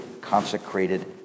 consecrated